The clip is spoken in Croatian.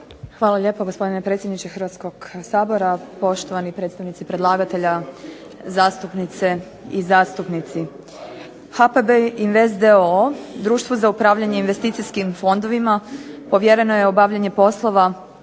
Hvala lijepa gospodine predsjedniče Hrvatskog sabora. Poštovani predstavnici predlagatelja, zastupnice i zastupnici. HPB Invest d.o.o. društvo za upravljanje investicijskim fondovima povjereno je obavljanje poslova